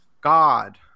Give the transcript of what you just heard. God